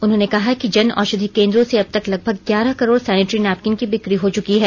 उन्होंने कहा कि जन औषधि केद्रों से अबतक लगभग ग्यारह करोड़ सेनेटरी नैपकिन की बिकी हो चुकी है